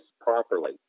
properly